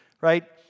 right